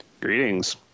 Greetings